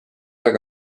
aeg